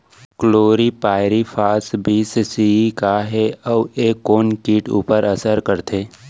Chlorpyrifos बीस CE का हे अऊ ए कोन किट ऊपर असर करथे?